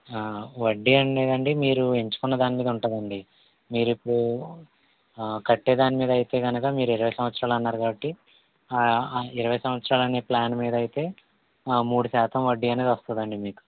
వడ్డీ అనేదండీ మీరు ఎంచుకున్న దాని మీద ఉంటుందండి మీరు ఇప్పుడు ఆ కట్టేదాని మీద అయితే కనుక మీరు ఇరవై సంవత్సరాలు అన్నారు కాబట్టి ఆ ఇరవై సంవత్సరాలు అనే ప్లాన్ మీద అయితే ఆ మూడు శాతం వడ్డీ అని వస్తుందండి మీకు